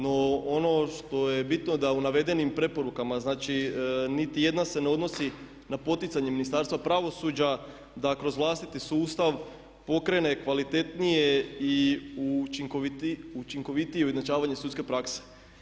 No, ono što je bitno da u navedenim preporukama, znači niti jedna se ne odnosi na poticanje Ministarstva pravosuđa da kroz vlastiti sustav pokrene kvalitetnije i učinkovitije ujednačavanje sudske prakse.